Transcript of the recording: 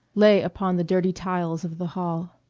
lay upon the dirty tiles of the hall.